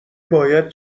باید